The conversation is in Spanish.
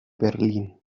berlín